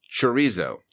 Chorizo